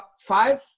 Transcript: five